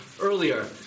earlier